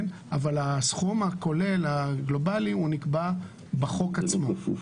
אבל הסכום הכולל הגלובאלי נקבע בחוק עצמו.